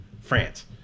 France